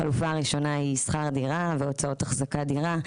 החלופה הראשונה היא שכר דירה והוצאות אחזקת דירה.